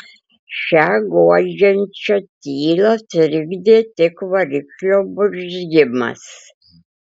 šią guodžiančią tylą trikdė tik variklio burzgimas